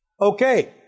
Okay